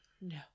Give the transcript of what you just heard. No